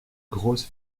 grosse